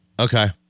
Okay